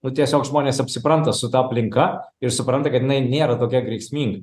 nu tiesiog žmonės apsipranta su ta aplinka ir supranta kad jinai nėra tokia grėsminga